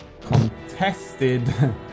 Contested